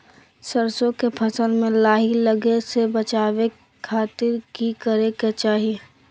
सरसों के फसल में लाही लगे से बचावे खातिर की करे के चाही?